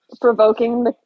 Provoking